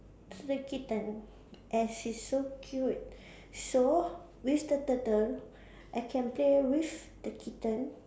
the kitten as it's so cute so with the turtle I can play with the kitten